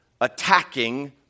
Attacking